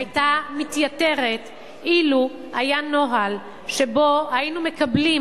היתה מתייתרת אילו היה נוהל שבו היינו מקבלים